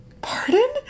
pardon